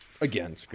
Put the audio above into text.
again